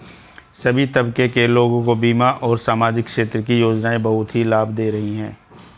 सभी तबके के लोगों को बीमा और सामाजिक क्षेत्र की योजनाएं बहुत ही लाभ दे रही हैं